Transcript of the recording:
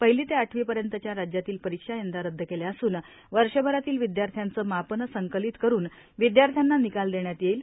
पहिली ते आठवी पर्यंतच्या राज्यातील परीक्षा यंदा रदद केल्या असुन वर्षभरातील विद्यार्थ्यांचे मापन संकलित करून विद्यार्थ्यांना निकाल देण्यात येईल